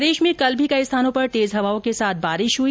प्रदेश में कल भी कई स्थानो पर तेज हवाओं के साथ बारिश हुई